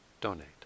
donate